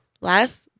last